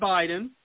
Biden